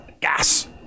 gas